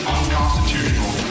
Unconstitutional